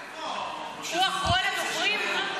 הוא אחרון הדוברים?